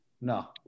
No